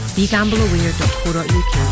BeGambleAware.co.uk